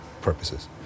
purposes